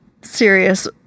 serious